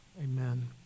amen